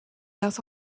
else